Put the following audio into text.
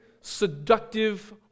seductive